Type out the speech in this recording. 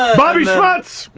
bobby schmutz!